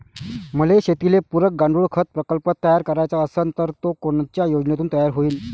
मले शेतीले पुरक गांडूळखत प्रकल्प तयार करायचा असन तर तो कोनच्या योजनेतून तयार होईन?